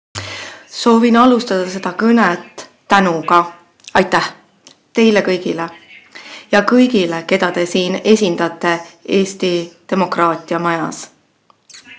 Soovin alustada seda kõnet tänuga. Aitäh teile ja kõigile, keda te siin, Eesti demokraatia majas